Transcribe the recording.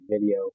video